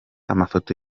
amafoto